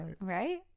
Right